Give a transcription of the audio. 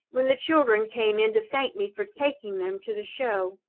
when the children came in to thank me for taking them to the show.